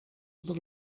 oder